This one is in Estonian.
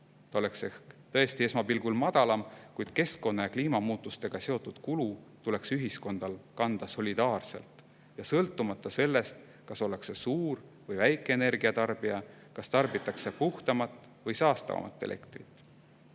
Ta oleks ehk tõesti esmapilgul madalam, kuid keskkonna‑ ja kliimamuutustega seotud kulu tuleks ühiskonnal kanda solidaarselt, ja sõltumata sellest, kas ollakse suur või väike energiatarbija, kas tarbitakse puhtamat või saastavamat elektrit. Aga